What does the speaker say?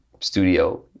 studio